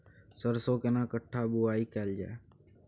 सरसो केना कट्ठा बुआई कैल जाय?